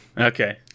Okay